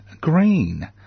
Green